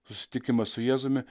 susitikimas su jėzumi